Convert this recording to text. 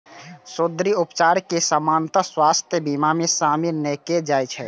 सौंद्रर्य उपचार कें सामान्यतः स्वास्थ्य बीमा मे शामिल नै कैल जाइ छै